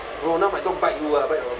bro now my dog bite you ah bite your